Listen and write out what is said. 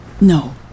No